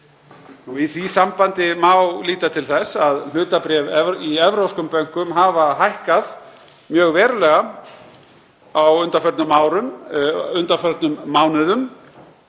Í því sambandi má líta til þess að hlutabréf í evrópskum bönkum hafa hækkað mjög verulega á undanförnum mánuðum.